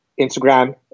Instagram